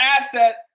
asset